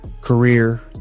career